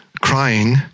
Crying